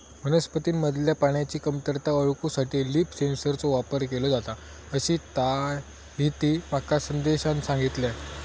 वनस्पतींमधल्या पाण्याची कमतरता ओळखूसाठी लीफ सेन्सरचो वापर केलो जाता, अशीताहिती माका संदेशान सांगल्यान